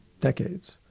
decades